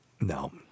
No